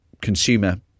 consumer